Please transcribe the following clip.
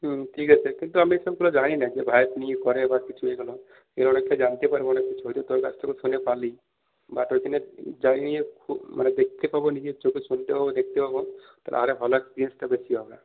ঠিক আছে কিন্তু আমি এইসবগুলো জানি না যে ভাই নিয়ে করে বা কিছু এইগুলো এই অনেকটা জানতে পারবো অনেক কিছু যাই নিয়ে খুব মানে দেখতে পাবো নিজের চোখে শুনতে পাবো দেখতে পাবো তাহলে আরও ভালো এক্সপিরিয়েন্সটা বেশি হবে